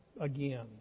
Again